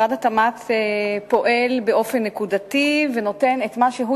משרד התמ"ת פועל באופן נקודתי ונותן את מה שהוא